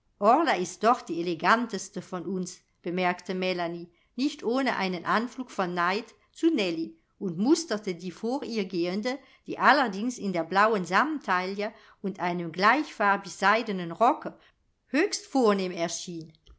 ist doch die eleganteste von uns bemerkte melanie nicht ohne einen anflug von neid zu nellie und musterte die vor ihr gehende die allerdings in der blauen samttaille und einem gleichfarbig seidenen rocke höchst vornehm erschien